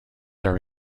are